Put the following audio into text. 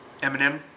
Eminem